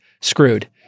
screwed